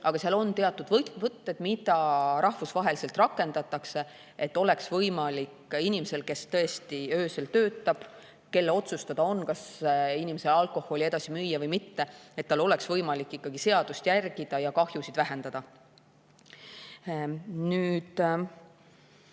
Aga on teatud võtted, mida rahvusvaheliselt rakendatakse, et inimesel, kes tõesti öösel töötab ja kelle otsustada on, kas inimesele alkoholi edasi müüa või mitte, oleks võimalik seadust järgida ja kahjusid vähendada.